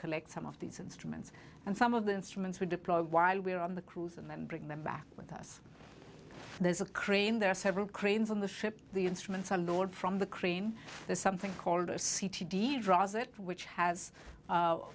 collect some of these instruments and some of the instruments we deploy while we're on the cruise and then bring them back with us there's a crane there are several cranes on the ship the instruments i'm told from the crane there's something called a c t deal drugs it which has